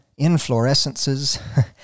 inflorescences